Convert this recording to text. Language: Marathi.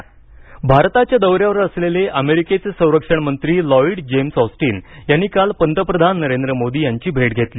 अमेरिका संरक्षणमंत्री भारताच्या दौऱ्यावर असलेले अमेरिकेचे संरक्षणमंत्री लॉइड जेम्स ऑस्टिन यांनी काल पंतप्रधान नरेंद्र मोदी यांची भेट घेतली